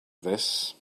this